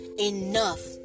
enough